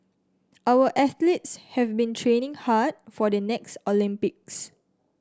our athletes have been training hard for the next Olympics